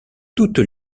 toutes